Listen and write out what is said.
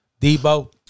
Debo